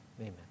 amen